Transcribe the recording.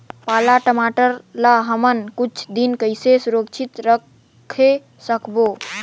पाला टमाटर ला हमन कुछ दिन कइसे सुरक्षित रखे सकबो?